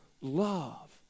love